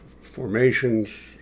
formations